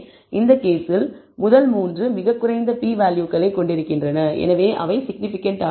எனவே இந்த கேஸில் முதல் மூன்று மிகக் குறைந்த p வேல்யூகளைக் கொண்டிருக்கின்றன எனவே அவை சிக்னிபிகன்ட் ஆனவை